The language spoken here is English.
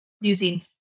using